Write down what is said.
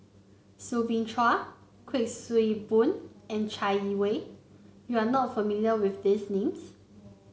Soo Bin Chua Kuik Swee Boon and Chai Yee Wei you are not familiar with these names